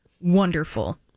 Wonderful